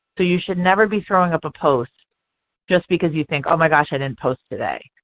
so you should never be throwing up a post just because you think oh, my gosh, i didn't post today.